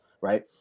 right